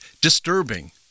disturbing